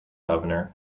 governor